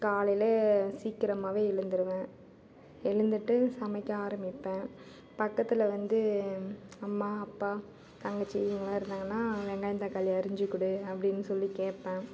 காலையில் சீக்கிரமாகவே எழுந்திருவேன் எழுந்துட்டு சமைக்க ஆரம்பிப்பேன் பக்கத்தில் வந்து அம்மா அப்பா தங்கச்சி இவங்க எல்லாம் இருந்தாங்கன்னால் வெங்காயம் தக்காளி அரிஞ்சு கொடு அப்படின்னு சொல்லி கேட்பேன்